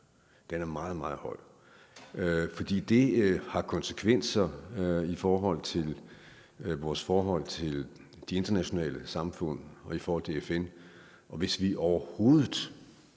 den er meget, meget høj – fordi det har konsekvenser med hensyn til vores forhold til de internationale samfund og i forhold til FN. Og hvis vi overhovedet